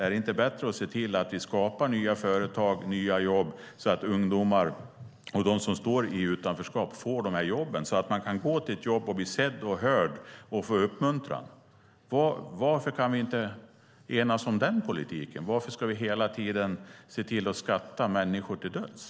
Är det inte bättre att se till att vi skapar nya företag och nya jobb så att ungdomar och de som befinner sig i utanförskap får dessa jobb, så att de kan gå till ett jobb och bli sedd och hörd och få uppmuntran? Varför kan vi inte enas om den politiken? Varför ska vi hela tiden se till att skatta människor till döds?